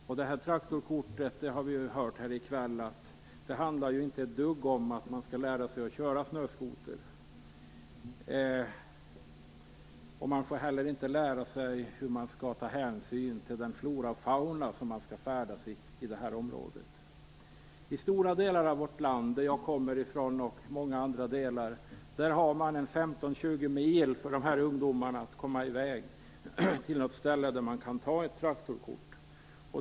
Som vi har hört handlar det inte ett dugg om att man skall lära sig att köra snöskoter. Man får inte heller lära sig hur man tar hänsyn till flora och fauna i det område man färdas i. I stora delar av vårt land - i den del jag kommer från och i många andra delar - måste ungdomarna ta sig 15-20 mil för att komma till ett ställe där de kan ta traktorkort.